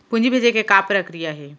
पूंजी भेजे के का प्रक्रिया हे?